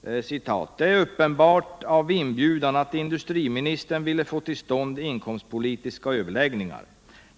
”Det är uppenbart av inbjudan att industriministern ville få till stånd inkomstpolitiska överläggningar.